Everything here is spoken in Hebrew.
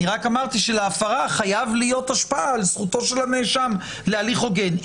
אני רק אמרתי שלהפרה חייבת להיות השפעה על זכותו של הנאשם להליך הוגן.